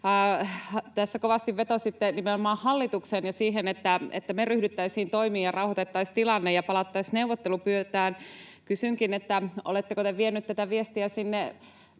Tässä kovasti vetositte nimenomaan hallitukseen ja siihen, että me ryhdyttäisiin toimiin ja rauhoitettaisiin tilanne ja palattaisiin neuvottelupöytään. Kysynkin: oletteko te vienyt tätä viestiä sinne